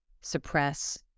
suppress